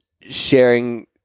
sharing